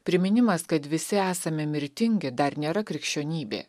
priminimas kad visi esame mirtingi dar nėra krikščionybė